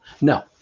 No